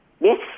Yes